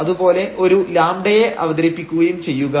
അതുപോലെ ഒരു λ യെ അവതരിപ്പിക്കുകയും ചെയ്യുക